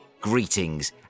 Greetings